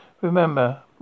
remember